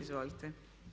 Izvolite.